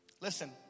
Listen